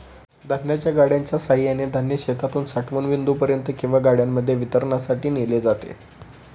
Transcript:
धान्याच्या गाड्यांच्या सहाय्याने धान्य शेतातून साठवण बिंदूपर्यंत किंवा गाड्यांमध्ये वितरणासाठी नेले जाते